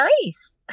nice